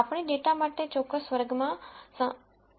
આપણે ડેટા માટે ચોક્કસ વર્ગમાં હોવાની